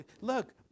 look